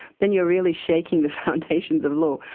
then you are really shaking the foundations of law.